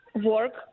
work